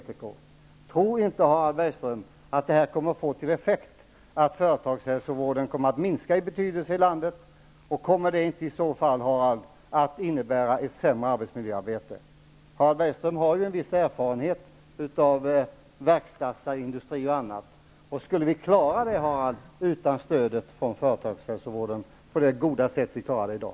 Tror inte Harald Bergström att det kommer att få till effekt att företagshälsovården minskar i betydelse? Och kommer det inte i så fall att innebära ett sämre arbetsmiljöarbete? Harald Bergström har ju en viss erfarenhet av bl.a. verkstadsindustrin. Kan vi utan stödet från företagshälsovården klara arbetsmiljöarbetet lika bra som vi klarar det i dag?